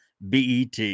BET